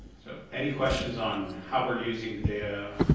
so, any questions on how we are using the data?